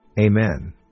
Amen